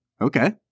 okay